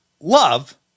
love